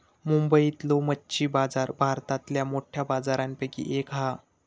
मुंबईतलो मच्छी बाजार भारतातल्या मोठ्या बाजारांपैकी एक हा